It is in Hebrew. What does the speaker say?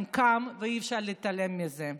הם כאן, ואי-אפשר להתעלם מזה.